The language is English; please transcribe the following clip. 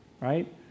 right